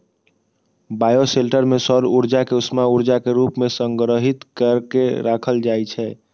bioshelter मे सौर ऊर्जा कें उष्मा ऊर्जा के रूप मे संग्रहीत कैर के राखल जाइ छै